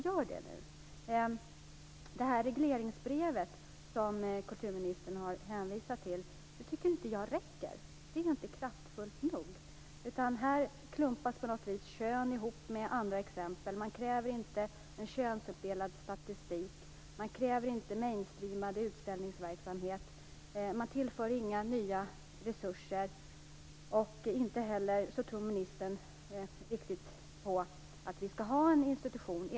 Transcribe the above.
Jag tycker inte att det regleringsbrev räcker som kulturministern har hänvisat till. Det är inte kraftfullt nog. Här klumpas på något vis kön ihop med annat. Man kräver inte en könsuppdelad statistik. Man kräver inte "mainstreamad" utställningsverksamhet. Man tillför inga nya resurser. Dessutom tror inte ministern riktigt att vi skall ha en institution.